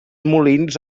molins